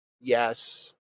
yes